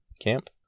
camp